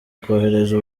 kohereza